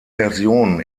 versionen